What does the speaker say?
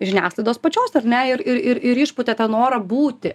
žiniasklaidos pačios ar ne ir ir ir ir išpūtė tą norą būti